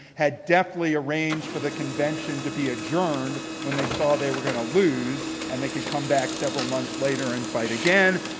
had deftly arranged for the convention to be adjourned when they saw they were going to lose, and they could come back several months later and fight again.